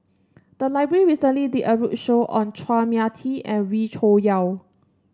the library recently did a roadshow on Chua Mia Tee and Wee Cho Yaw